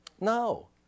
No